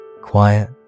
quiet